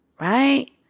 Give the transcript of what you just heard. right